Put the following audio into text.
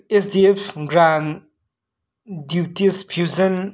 S D F grand duties fusion